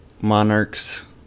monarchs